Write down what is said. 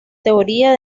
teoría